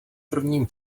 prvním